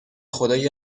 خدای